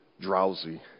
drowsy